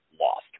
lost